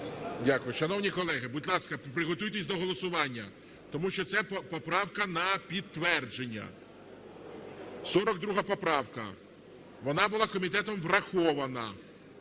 Дякую. Шановні колеги, будь ласка, приготуйтесь до голосування, тому що це поправка на підтвердження – 42 поправка. Вона була комітетом врахована.